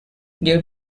due